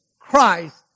Christ